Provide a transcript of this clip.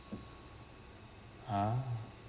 ah